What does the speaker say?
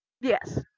yes